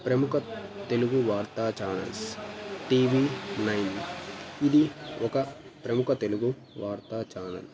ప్రముఖ తెలుగు వార్తా channels TV nine ఇది ఒక ప్రముఖ తెలుగు వార్తా ఛానల్